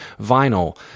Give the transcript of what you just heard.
vinyl